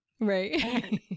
right